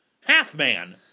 Half-Man